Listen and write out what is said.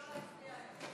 ההסתייגות (3) של קבוצת סיעת יש